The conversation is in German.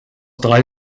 drei